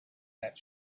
that